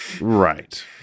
right